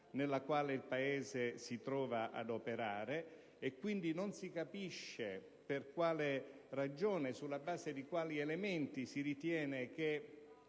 nella quale il Paese si trova ad operare. Quindi, non si capisce per quale ragione e sulla base di quali elementi si ritiene che